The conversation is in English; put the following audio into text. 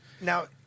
Now